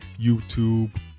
YouTube